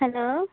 hello